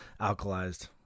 Alkalized